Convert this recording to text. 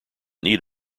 need